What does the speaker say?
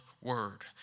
word